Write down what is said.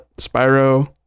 Spyro